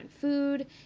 food